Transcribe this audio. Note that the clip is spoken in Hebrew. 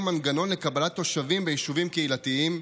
מנגנון לקבלת תושבים ביישובים קהילתיים.